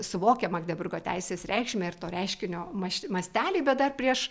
suvokia magdeburgo teisės reikšmę ir to reiškinio maž mastelį bet dar prieš